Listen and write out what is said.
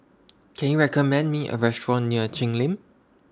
Can YOU recommend Me A Restaurant near Cheng Lim